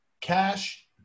Cash